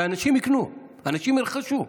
ואנשים יקנו, אנשים ירכשו.